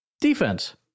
Defense